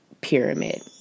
pyramid